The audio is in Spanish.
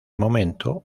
momento